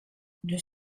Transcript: deux